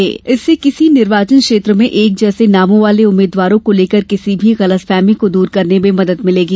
निर्वाचन आयोग के अनुसार इससे किसी निर्वाचन क्षेत्र में एक जैसे नामों वाले उम्मीदवारों को लेकर किसी भी गलतफहमी को दूर करने में मदद मिलेगी